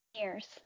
years